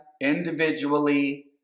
individually